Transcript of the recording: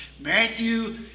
Matthew